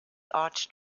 arched